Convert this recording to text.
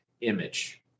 image